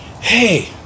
Hey